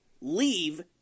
leave